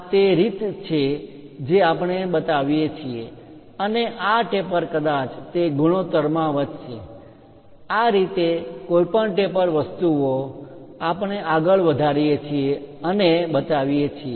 આ તે રીતે છે જે આપણે બતાવીએ છીએ અને આ ટેપર કદાચ તે ગુણોત્તરમાં વધશે આ રીતે કોઈપણ ટેપર વસ્તુઓ આપણે આગળ વધારીએ છીએ અને બતાવીએ છીએ